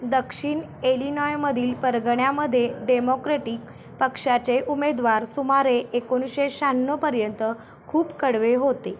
दक्षिण एलिनॉयमधील परगण्यामध्ये डेमॉक्रेटिक पक्षाचे उमेदवार सुमारे एकोणीसशे शहाण्णवपर्यंत खूप कडवे होते